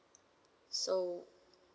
so